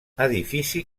edifici